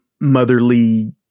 motherly